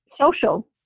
social